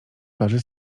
plaży